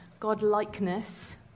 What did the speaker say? godlikeness